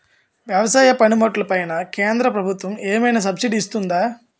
వ్యవసాయ పనిముట్లు పైన కేంద్రప్రభుత్వం ఏమైనా సబ్సిడీ ఇస్తుందా?